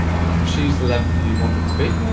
you can choose the length you want them to be.